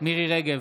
מירי מרים רגב,